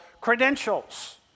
credentials